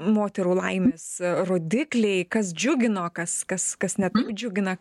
moterų laimės rodikliai kas džiugino kas kas kas ne džiugina